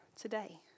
today